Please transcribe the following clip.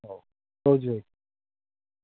ହଉ ରହୁଛି ଭାଇ